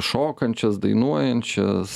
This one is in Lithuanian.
šokančias dainuojančias